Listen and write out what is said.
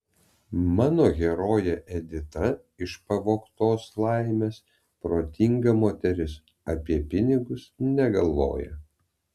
mano herojė edita iš pavogtos laimės protinga moteris apie pinigus negalvoja